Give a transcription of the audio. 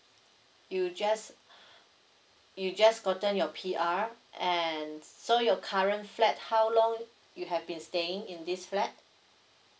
you just you just gotten your P_R and so your current flat how long you have been staying in this flat